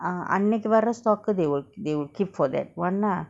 ah அன்னைக்கு வர்ர:annaiki varra stock கு:ku they will they will keep for that one lah